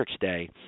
Day